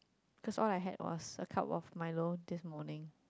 cause all I had was a cup of Milo this morning